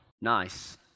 Nice